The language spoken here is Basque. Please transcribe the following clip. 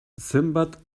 zenbat